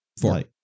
Four